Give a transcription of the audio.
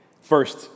First